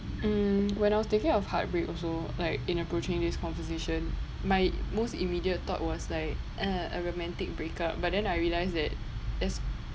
mm when I was thinking of heartbreak also like in approaching this conversation my most immediate thought was like uh a romantic break up but then I realised that that's